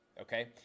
okay